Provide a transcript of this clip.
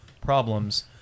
problems